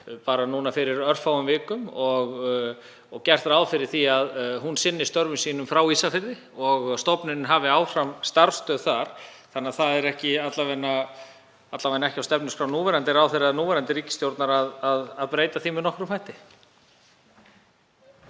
bara núna fyrir örfáum vikum, og gert er ráð fyrir því að hún sinni störfum sínum frá Ísafirði og að stofnunin hafi áfram starfsstöð þar. Það er því alla vega ekki á stefnuskrá núverandi ráðherra eða núverandi ríkisstjórnar að breyta því með nokkrum hætti.